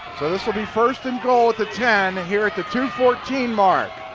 so this will be first and goal at the ten here at the two fourteen mark.